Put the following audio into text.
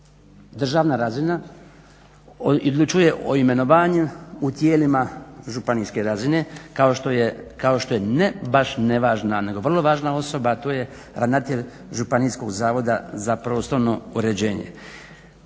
državna razina odlučuje o imenovanju u tijelima županijske razine kao što je to, ne baš nevažna nego vrlo važna osoba a to je Županijskog zavoda za prostorno uređenje.